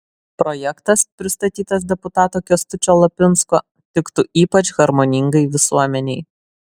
projektas pristatytas deputato kęstučio lapinsko tiktų ypač harmoningai visuomenei